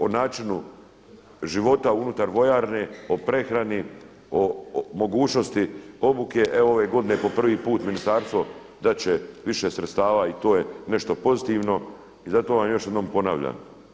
O načinu života unutar vojarni, o mogućnosti obuke evo ove godine po prvi put ministarstvo dat će više sredstava i to je nešto pozitivno i zato vam još jednom ponavljam.